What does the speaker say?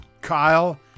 Kyle